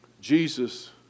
Jesus